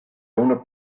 owner